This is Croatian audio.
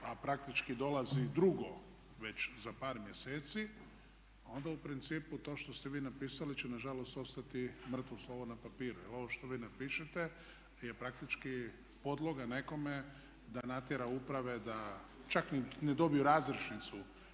a praktički dolazi drugo već za par mjeseci, onda u principu to što ste vi napisali će na žalost ostati mrtvo slovo na papiru. Jer ovo što vi napišete je praktički podloga nekome da natjera uprave da čak ne dobiju razrješnicu